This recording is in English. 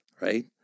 right